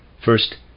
first